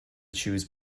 choose